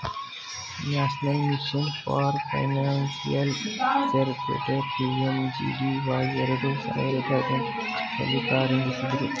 national mission for financial ಸೇರ್ಪಡೆ PMJDY ಎರಡು ಸಾವಿರದ ಹದಿನಾಲ್ಕು ರಲ್ಲಿ ಪ್ರಾರಂಭಿಸಿದ್ದ್ರು